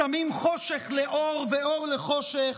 שמים חֹשך לאור ואור לחשך,